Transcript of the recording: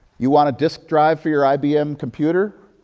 you want a disk drive for your ibm computer?